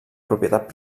propietat